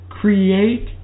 create